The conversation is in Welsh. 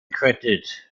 credyd